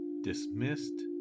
dismissed